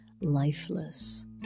lifeless